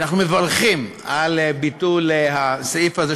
כי אנחנו מברכים על ביטול הסעיף הזה,